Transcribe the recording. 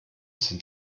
sind